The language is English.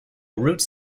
roots